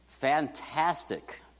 Fantastic